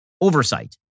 oversight